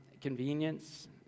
convenience